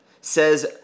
says